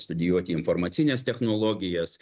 studijuoti informacines technologijas